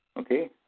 Okay